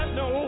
no